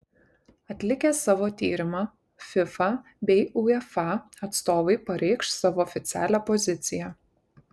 atlikę savo tyrimą fifa bei uefa atstovai pareikš savo oficialią poziciją